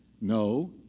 No